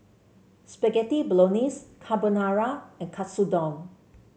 Spaghetti Bolognese Carbonara and Katsudon